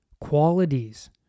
Qualities